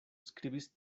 skribis